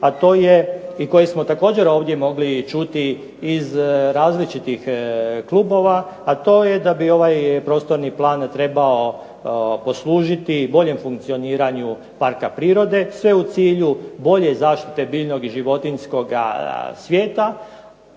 a to je i koji smo također ovdje mogli čuti iz različitih klubova, a to je da bi ovaj prostorni plan trebao poslužiti boljem funkcioniranju parka prirode, sve u cilj bolje zaštite biljnog i životinjskog cilja.